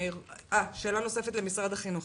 שאלה נוספת למשרד החינוך